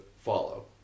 follow